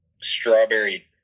strawberry